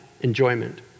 enjoyment